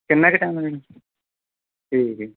ਕਿੰਨਾ ਕੁ ਟਾਇਮ ਆ ਠੀਕ ਹੈ ਜੀ